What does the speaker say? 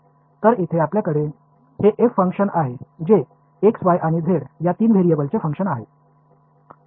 तर येथे आपल्याकडे हे f फंक्शन आहे जे x y आणि z या तीन व्हेरिएबल्सचे फंक्शन आहे